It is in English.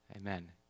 Amen